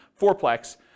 fourplex